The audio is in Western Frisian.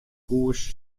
hûs